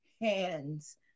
hands